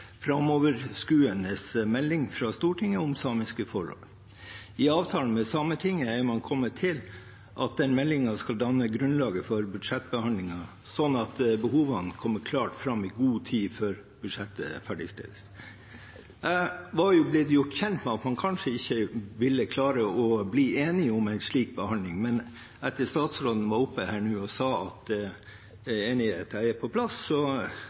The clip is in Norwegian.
framoverskuende melding fra Stortinget om samiske forhold. I avtalen med Sametinget er man kommet til at den meldingen skal danne grunnlaget for budsjettbehandlingen, slik at behovene kommer klart fram i god tid før budsjettet ferdigstilles. Jeg var gjort kjent med at man kanskje ikke ville klare å bli enige om en slik behandling, men etter at statsråden var oppe her nå og sa at enigheten er på plass,